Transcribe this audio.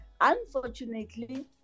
unfortunately